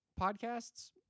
Podcasts